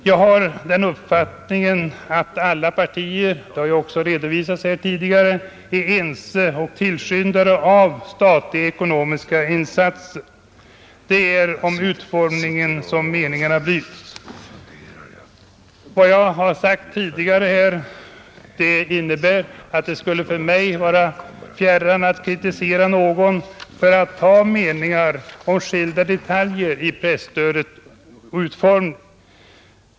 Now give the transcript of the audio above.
Jag har den uppfattningen att alla partier — det har ju också redovisats här tidigare — är ense om och tillskyndare av statliga ekonomiska insatser. Det är om utformningen som meningarna bryts. Vad jag har sagt tidigare här innebär att det skulle vara mig fjärran att kritisera någon för att ha meningar om skilda detaljer i presstödets utformning.